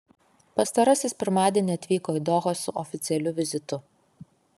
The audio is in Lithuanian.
pastarasis pirmadienį atvyko į dohą su oficialiu vizitu